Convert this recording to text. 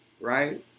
right